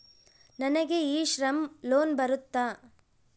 ನನಗೆ e Shram loan ಬರುತ್ತಾ?